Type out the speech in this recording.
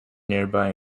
nearby